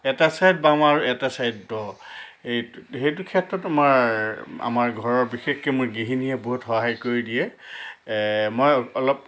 এটা ছাইড বাম আৰু এটা ছাইড দ এইটো সেইটো ক্ষেত্ৰত মই আমাৰ ঘৰৰ বিশেষকৈ মোৰ গৃহিণীয়ে বহুত সহায় কৰি দিয়ে মই অলপ